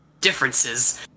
differences